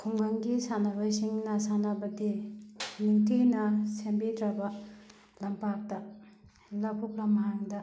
ꯈꯨꯡꯒꯪꯒꯤ ꯁꯥꯟꯅꯔꯣꯏꯁꯤꯡꯅ ꯁꯥꯟꯅꯕꯗꯤ ꯅꯤꯡꯊꯤꯅ ꯁꯦꯝꯕꯤꯗ꯭ꯔꯕ ꯂꯝꯄꯥꯛꯇ ꯂꯕꯨꯛ ꯂꯝꯍꯥꯡꯗ